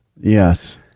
Yes